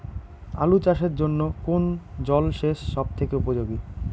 আলু চাষের জন্য কোন জল সেচ সব থেকে উপযোগী?